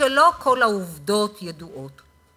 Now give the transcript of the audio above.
שלא כל העובדות ידועות.